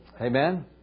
Amen